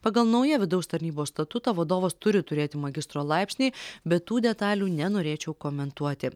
pagal naują vidaus tarnybos statutą vadovas turi turėti magistro laipsnį bet tų detalių nenorėčiau komentuoti